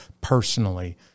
personally